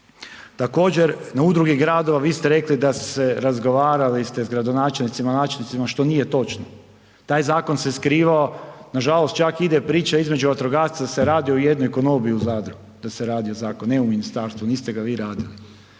Također, na udrugi gradova vi ste rekli da ste razgovarali ste s gradonačelnicima, načelnicima što nije točno. Taj zakon se skrivao, nažalost čak ide priča između vatrogasaca da se radio u jednoj konobi u Zadru, da se radio zakon, ne u ministarstvu, niste ga vi radili.